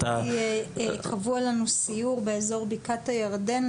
קבוע לנו סיור באיזור בקעת הירדן,